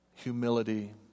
humility